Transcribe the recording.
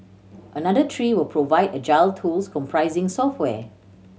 another three will provide agile tools comprising software